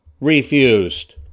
refused